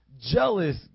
jealous